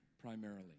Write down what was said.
primarily